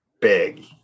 big